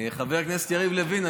חבר הכנסת יריב לוין,